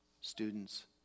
Students